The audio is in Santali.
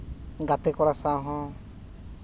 ᱜᱟᱛᱮ ᱠᱚᱲᱟ ᱥᱟᱶ ᱦᱚᱸ